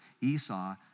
Esau